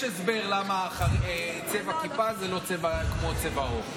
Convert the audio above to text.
יש הסבר למה צבע כיפה זה לא כמו צבע עור.